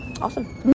Awesome